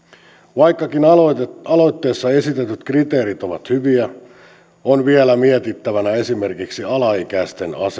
vaikkakin aloitteessa esitetyt kriteerit ovat hyviä on vielä mietittävänä esimerkiksi alaikäisten